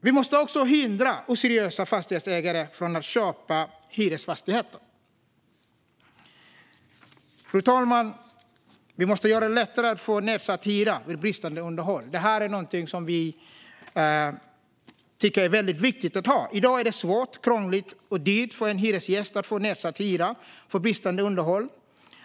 Vi måste också hindra oseriösa fastighetsägare från att köpa hyresfastigheter. Fru talman! Vi måste göra det lättare att få nedsatt hyra vid bristande underhåll. Detta är något som vi tycker är väldigt viktigt. I dag är det svårt, krångligt och dyrt för en hyresgäst att få nedsatt hyra vid bristande underhåll.